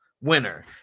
winner